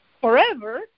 forever